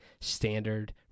standard